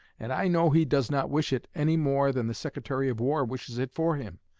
and i know he does not wish it any more than the secretary of war wishes it for him,